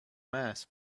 mass